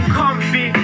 comfy